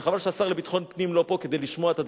וחבל שהשר לביטחון הפנים לא פה כדי לשמוע את הדברים.